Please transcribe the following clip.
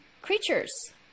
creatures